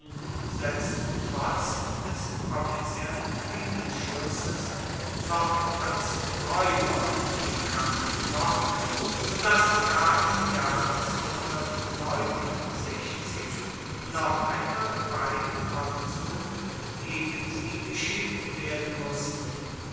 setzten trotz des offiziellen friedensschlusses noch als raeuber den kampf fort sodass sogar im jahre noch einmal beide konsuln gegen sie geschickt werden mussten